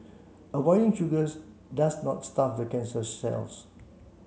avoiding sugars does not starve the cancer cells